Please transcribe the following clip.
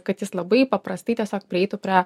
kad jis labai paprastai tiesiog prieitų prie